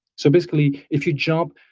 so basically, if you jump,